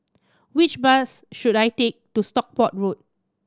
which bus should I take to Stockport Road